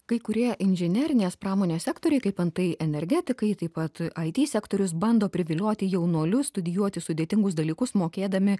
kai kurie inžinerinės pramonės sektoriai kaip antai energetikai taip pat it sektorius bando privilioti jaunuolius studijuoti sudėtingus dalykus mokėdami